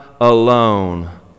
alone